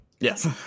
yes